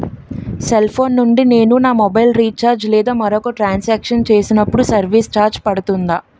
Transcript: Cell phone నుండి నేను నా మొబైల్ రీఛార్జ్ లేదా మరొక ట్రాన్ సాంక్షన్ చేసినప్పుడు సర్విస్ ఛార్జ్ పడుతుందా?